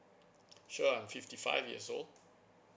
sure I'm fifty five years old